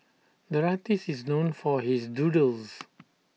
the artist is known for his doodles